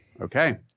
Okay